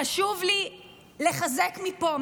חשוב לי לחזק מפה,